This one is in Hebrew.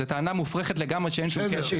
זו טענה מופרכת לגמרי שאין שום קשר.